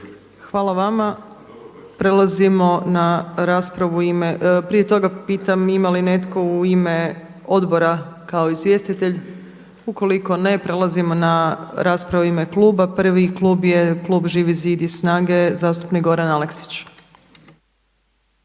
Hvala vama. Prelazimo na raspravu u ime, prije toga pitam imali li netko u ime odbora kao izvjestitelj? Ukoliko ne, prelazimo na rasprave u ime kluba. Prvi klub je klub Živi zid i SNAGA-e zastupnik Goran Aleksić.